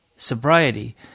sobriety